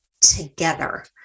together